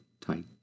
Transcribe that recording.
tight